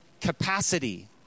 capacity